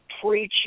preaching